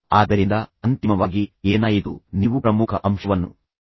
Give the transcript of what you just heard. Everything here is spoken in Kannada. ಆದ್ದರಿಂದ ಅಂತಿಮವಾಗಿ ಏನಾಯಿತು ನೀವು ಪ್ರಮುಖ ಅಂಶವನ್ನು ಕಳೆದುಕೊಳ್ಳುತ್ತೀರಿ ಮತ್ತು ನೀವು ಮತ್ತೆ ಕರೆ ಮಾಡಬೇಕು